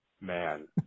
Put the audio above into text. man